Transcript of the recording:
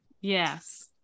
Yes